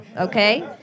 okay